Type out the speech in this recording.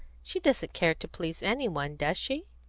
she doesn't care to please any one, does she?